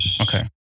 Okay